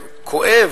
כואב,